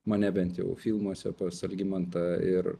mane bent jau filmuose pas algimantą ir